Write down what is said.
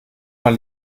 mal